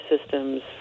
systems